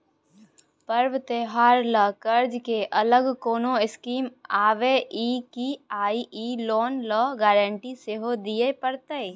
पर्व त्योहार ल कर्ज के अलग कोनो स्कीम आबै इ की आ इ लोन ल गारंटी सेहो दिए परतै?